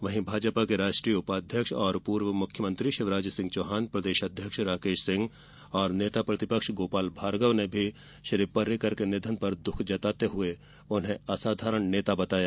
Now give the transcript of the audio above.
वहीं भाजपा के राष्ट्रीय उपाध्यक्ष और पूर्व मुख्यमंत्री शिवराजसिंह चौहान प्रदेश अध्यक्ष राकेश सिंह और नेता प्रतिपक्ष गोपाल भार्गव ने श्री पर्रिकर के निधन पर दुख जताते हुए उन्हें असाधारण नेता बताया